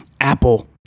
Apple